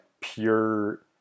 pure